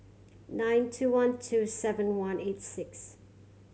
nine two one two seven one eight six